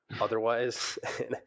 otherwise